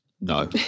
no